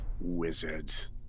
Wizards